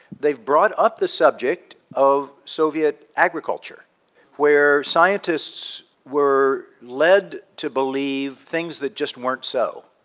they have brought up the subject of soviet agriculture where scientists were led to believe things that just weren't so,